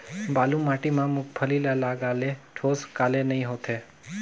बालू माटी मा मुंगफली ला लगाले ठोस काले नइ होथे?